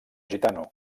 gitano